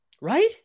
Right